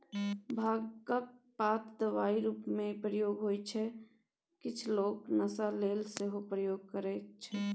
भांगक पात दबाइ रुपमे प्रयोग होइ छै किछ लोक नशा लेल सेहो प्रयोग करय छै